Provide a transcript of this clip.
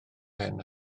pen